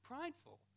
prideful